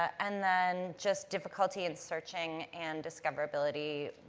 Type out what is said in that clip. and then just difficulty in searching and discoverability,